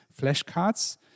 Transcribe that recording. flashcards